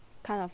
kind of